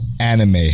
anime